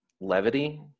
levity